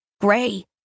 Gray